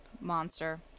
Monster